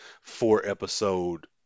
four-episode